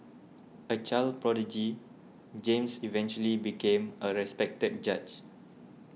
a child prodigy James eventually became a respected judge